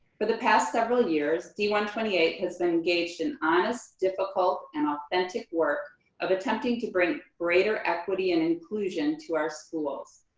for the past several years, d one two eight has been engaged in honest, difficult and authentic work of attempting to bring greater equity and inclusion to our schools.